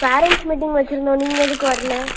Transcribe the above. parents meeting வச்சிருந்தோம் நீங்கள் எதுக்கு வரல